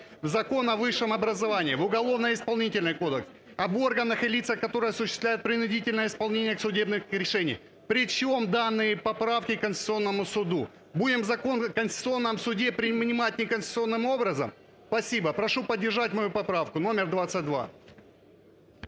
Закон "О высшем образовании", в Уголовно-исполнительный кодекс, "Об органах и лицах, которые осуществляют принудительное исполнение судебных решений". При чем данные поправки к Конституционному Суду? Будем Закон о Конституционном Суде принимать неконституционным образом? Спасибо. Прошу поддержать мою поправку, номер 22.